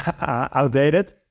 outdated